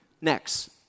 next